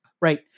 right